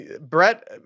Brett